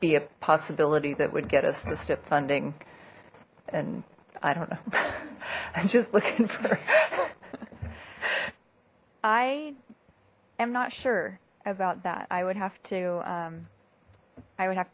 be a possibility that would get us miss tip funding and i don't know i'm just looking for i am not sure about that i would have to i would have